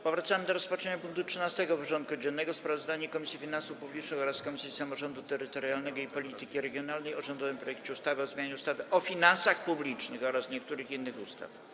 Powracamy do rozpatrzenia punktu 13. porządku dziennego: Sprawozdanie Komisji Finansów Publicznych oraz Komisji Samorządu Terytorialnego i Polityki Regionalnej o rządowym projekcie ustawy o zmianie ustawy o finansach publicznych oraz niektórych innych ustaw.